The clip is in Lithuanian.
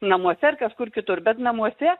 namuose ar kažkur kitur bet namuose